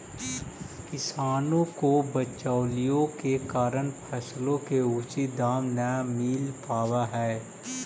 किसानों को बिचौलियों के कारण फसलों के उचित दाम नहीं मिल पावअ हई